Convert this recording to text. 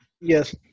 Yes